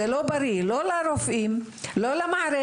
זה לא בריא למערכת, לרופאים ולמטופלים.